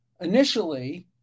initially